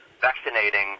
vaccinating